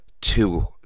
two